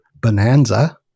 Bonanza